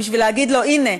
בשביל להגיד לו: הנה,